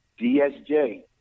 DSJ